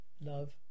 love